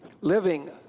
living